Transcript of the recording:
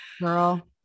Girl